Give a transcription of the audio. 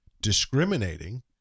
discriminating